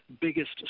biggest